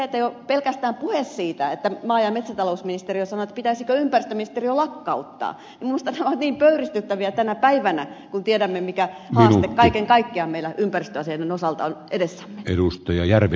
myöskin jo pelkästään sellaiset puheet kun maa ja metsätalousministeriössä pohdittiin pitäisikö ympäristöministeriö lakkauttaa minusta ovat niin pöyristyttäviä tänä päivänä kun tiedämme mikä haaste kaiken kaikkiaan meillä ympäristöasioiden osalta on edessämme